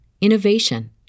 innovation